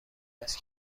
است